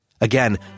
Again